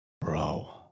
Bro